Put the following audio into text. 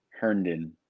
Herndon